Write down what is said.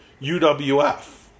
UWF